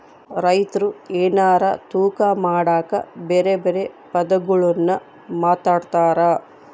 ರೈತ್ರು ಎನಾರ ತೂಕ ಮಾಡಕ ಬೆರೆ ಬೆರೆ ಪದಗುಳ್ನ ಮಾತಾಡ್ತಾರಾ